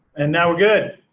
and now we're good.